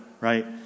right